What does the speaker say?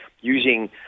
using